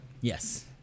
Yes